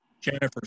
Jennifer